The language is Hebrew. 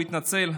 הוא התנצל,